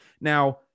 Now